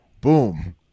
Boom